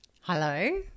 Hello